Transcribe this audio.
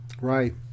Right